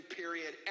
period